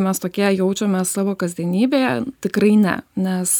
mes tokie jaučiamės savo kasdienybėje tikrai ne nes